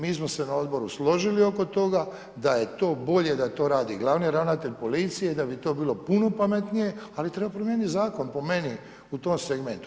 Mi smo se na odboru složili oko toga da je to bolje da to radi glavni ravnatelj policije i da bi to bilo puno pametnije, ali treba promijeniti zakon po meni u tom segmentu.